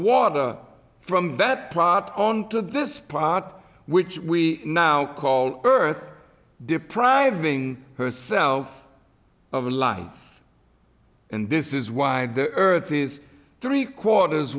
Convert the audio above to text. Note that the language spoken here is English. water from that prop onto this pot which we now call earth depriving herself of life and this is why the earth is three quarters